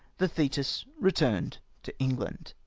the thetis retiurned to england.